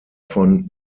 von